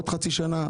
עוד חצי שנה,